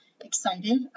Excited